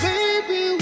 baby